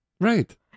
Right